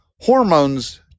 hormones